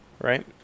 right